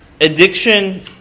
Addiction